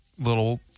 little